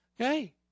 Okay